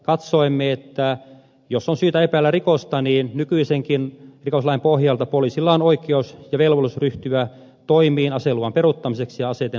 katsoimme että jos on syytä epäillä rikosta nykyisenkin rikoslain pohjalta poliisilla on oikeus ja velvollisuus ryhtyä toimiin aseluvan peruuttamiseksi ja aseiden haltuun ottamiseksi